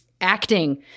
acting